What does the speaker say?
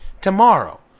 tomorrow